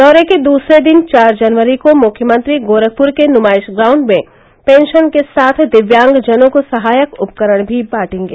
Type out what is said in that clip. दौरे के दूसरे दिन चार जनवरी को मुख्यमंत्री गोरखपूर के नुमाइश ग्राउण्ड में पेंशन के साथ दिव्यांग जनों को सहायक उपकरण भी बाटेंगे